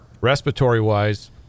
respiratory-wise